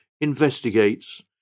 investigates